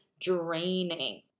draining